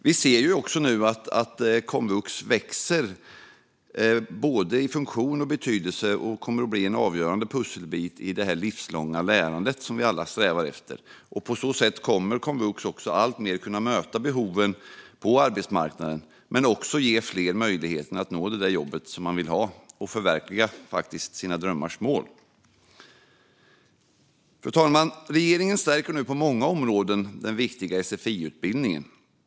Vi ser nu också att komvux växer i både funktion och betydelse och kommer att bli en avgörande pusselbit i det livslånga lärande som vi alla strävar efter. På så sätt kommer komvux alltmer att kunna möta behoven på arbetsmarknaden och också ge fler möjligheten att nå det jobb de vill ha och förverkliga sina drömmars mål. Fru talman! Regeringen stärker nu på många områden den viktiga sfiutbildningen.